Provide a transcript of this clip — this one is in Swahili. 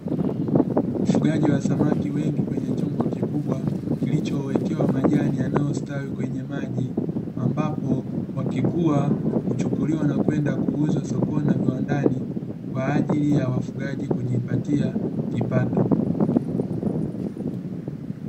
Ufugaji wa samaki wengi kwenye chombo kikubwa kilichowekewa majani yanayostawi kwenye maji, ambapo wakikua huchukuliwa na kwenda kuuzwa sokoni na viwandani kwa ajili ya wafugaji kujipatia kipato.